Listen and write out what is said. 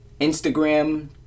Instagram